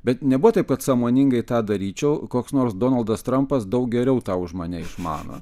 bet nebuvo taip kad sąmoningai tą daryčiau koks nors donaldas trumpas daug geriau tą už mane išmano